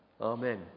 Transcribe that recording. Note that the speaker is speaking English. Amen